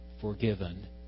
forgiven